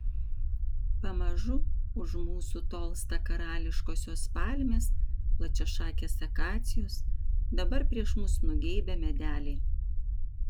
pamažu už mūsų tolsta karališkosios palmės plačiašakės akacijos dabar prieš mus nugeibę medeliai